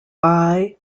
pronounced